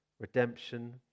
redemption